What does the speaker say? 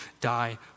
die